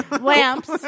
Lamps